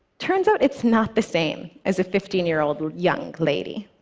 turns out it's not the same as a fifteen year old young lady.